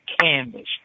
canvas